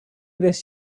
this